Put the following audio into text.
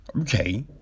okay